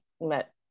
met